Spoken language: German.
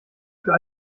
für